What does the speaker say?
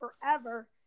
forever